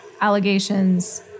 allegations